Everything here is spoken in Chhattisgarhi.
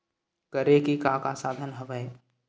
करे के का का साधन हवय?